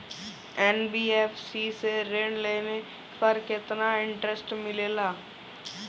NBFC से ऋण लेने पर केतना इंटरेस्ट मिलेला?